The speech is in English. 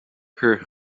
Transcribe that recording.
her